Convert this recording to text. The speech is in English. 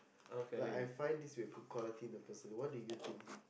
like a find this will be a good quality in a person what do you think